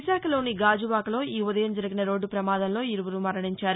విశాఖలోని గాజువాకలో ఈ ఉదయం జరిగిన రోడ్లు ప్రమాదంలో ఇరువురు మరణించారు